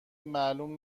معلوم